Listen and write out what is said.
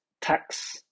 tax